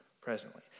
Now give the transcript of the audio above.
presently